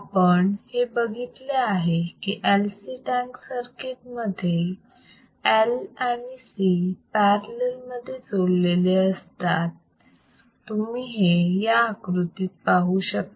आपण हे बघितले आहे की LC टॅंक सर्किटमध्ये L आणि C पॅरलल मध्ये जोडलेले असतात तुम्ही हे या आकृतीत पाहू शकता